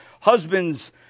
husbands